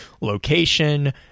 location